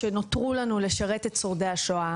שנותרו לנו על מנת שנוכל לשרת את שורדי השואה.